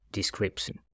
description